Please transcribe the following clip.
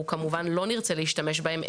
שכמובן לא נרצה להשתמש בהם,